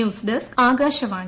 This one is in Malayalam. news desk Akashvani